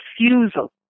refusal